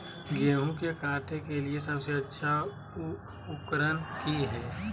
गेहूं के काटे के लिए सबसे अच्छा उकरन की है?